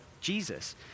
Jesus